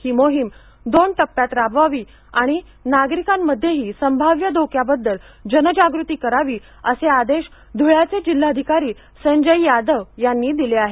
ही मोहीम दोन टप्प्यात राबवावी आणि नागरीकांमध्येही संभाव्य धोक्याबद्दल जनजागृती करावी असे आदेश धुळ्याचे जिल्हाधिकारी संजय यादव यांनी दिले आहेत